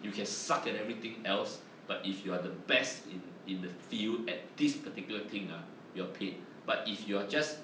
you can suck at everything else but if you are the best in in the field at this particular thing ah you're paid but if you're just